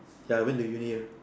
ya I went to Uni uh